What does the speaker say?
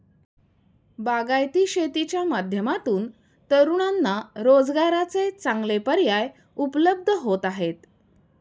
बागायती शेतीच्या माध्यमातून तरुणांना रोजगाराचे चांगले पर्याय उपलब्ध होत आहेत